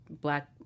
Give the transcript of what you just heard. black